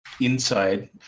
Inside